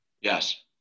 Yes